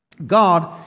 God